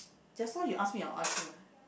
just now you ask me or I ask you ah